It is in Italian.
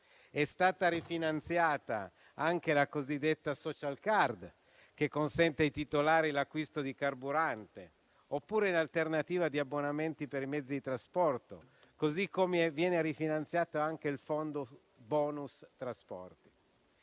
È stata rifinanziataanche la cosiddetta *social card*, che consente ai titolari l'acquisto di carburante, oppure, in alternativa, di abbonamenti per i mezzi di trasporto, così come viene rifinanziato anche il fondo *bonus* trasporti.